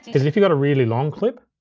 is if you got a really long clip,